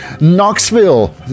Knoxville